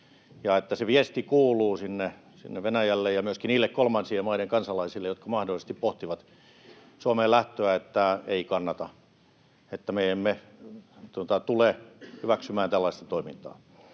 ja että se viesti kuuluu sinne Venäjälle ja myöskin niille kolmansien maiden kansalaisille, jotka mahdollisesti pohtivat Suomeen lähtöä, että ei kannata, että me emme tule hyväksymään tällaista toimintaa.